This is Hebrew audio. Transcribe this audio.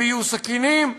ויהיו סכינים,